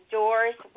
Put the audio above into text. doors